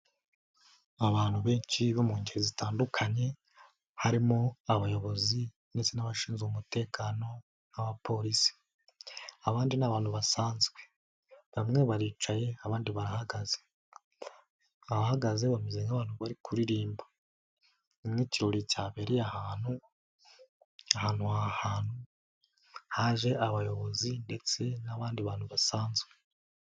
Abantu benshi bo mu ngeri zitandukanye, harimo abayobozi ndetse n'abashinzwe umutekano nk'abapolisi. Abandi ni abantu basanzwe. Bamwe baricaye abandi barahagaze abahagaze bameze nk'abantu bari kuririmba nk'ikirori cyabereye ahantu haje abayobozi ndetse n'abandi bantu basanzwe.